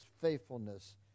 faithfulness